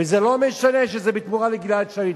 וזה לא משנה שזה בתמורה לגלעד שליט,